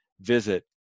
visit